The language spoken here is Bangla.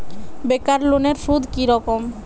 বেকার লোনের সুদ কি রকম?